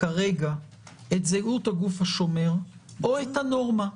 כרגע את זהות הגוף השומר או את הנורמה?